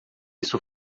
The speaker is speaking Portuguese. isso